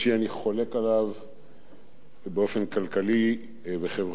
אני חולק עליו באופן כלכלי וחברתי,